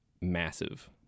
Massive